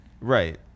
Right